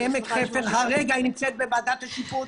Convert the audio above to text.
עמק חפר, הרגע היא נמצאת בוועדת השיפוט.